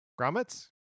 Grommets